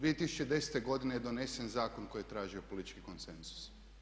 2010. godine je donesen zakon koji je tražio politički konsenzus.